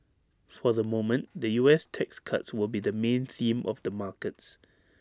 for the moment the U S tax cuts will be the main theme of the markets